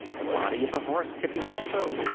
the body of the horse tipping also.